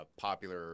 popular